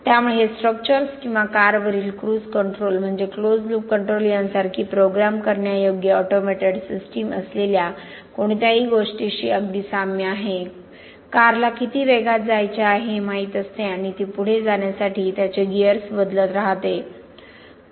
त्यामुळे हे स्ट्रक्चर्स किंवा कारवरील क्रुझ कंट्रोल म्हणजे क्लोज लूप कंट्रोल यासारखी प्रोग्राम करण्यायोग्य ऑटोमेटेड सिस्टिम असलेल्या कोणत्याही गोष्टीशी अगदी साम्य आहे कारला किती वेगात जायचे आहे हे माहीत असते आणि ती पुढे जाण्यासाठी त्याचे गीअर्स बदलत राहते